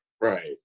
Right